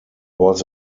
was